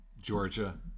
Georgia